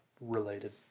related